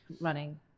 running